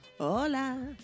Hola